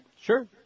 Sure